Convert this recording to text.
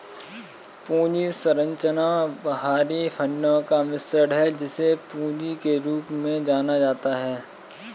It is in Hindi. पूंजी संरचना बाहरी फंडों का मिश्रण है, जिसे पूंजी के रूप में जाना जाता है